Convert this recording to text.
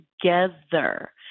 together